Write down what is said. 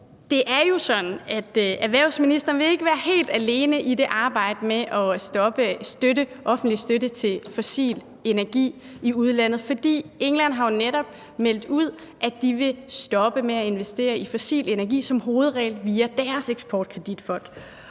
Det er jo sådan, at erhvervsministeren ikke vil være helt alene i det arbejde med at stoppe offentlig støtte til fossil energi i udlandet, for England har jo netop meldt ud, at de som hovedregel vil stoppe med at investere i fossil energi via deres eksportkreditfond.